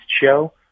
show